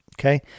Okay